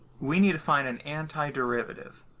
we need to find an antiderivative.